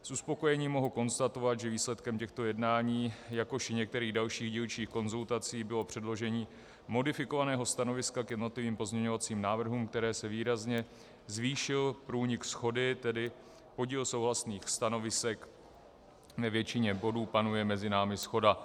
S uspokojením mohu konstatovat, že výsledkem těchto jednání, jakož i některých dalších dílčích konzultací bylo předložení modifikovaného stanoviska k jednotlivým pozměňovacím návrhům, kdy se výrazně zvýšil průnik shody, tedy podíl souhlasných stanovisek ve většině bodů panuje mezi námi shoda.